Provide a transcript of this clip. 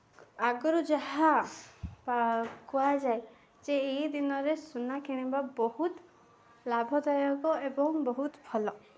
ଆଗୁରୁ ଯାହା ପା କୁହାଯାଏ ଯେ ଏଇ ଦିନରେ ସୁନା କିଣିବା ବହୁତ ଲାଭଦାୟକ ଏବଂ ବହୁତ ଭଲ